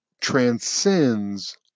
transcends